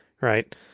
right